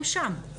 הם שם.